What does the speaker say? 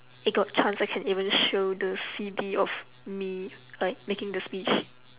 if got chance I can even show the C_D of me like making the speech